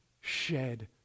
shed